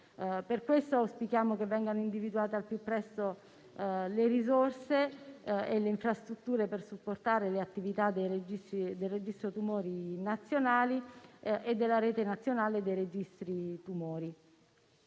Per questo auspichiamo che vengano individuate al più presto le risorse e le infrastrutture per supportare le attività del registro tumori nazionale e della Rete nazionale dei registri tumori.